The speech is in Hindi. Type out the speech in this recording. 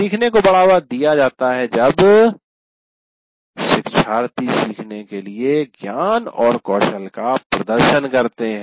सीखने को बढ़ावा दिया जाता है जब शिक्षार्थी सीखने के लिए ज्ञान और कौशल का प्रदर्शन करते हैं